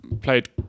played